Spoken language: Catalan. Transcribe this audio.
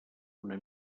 una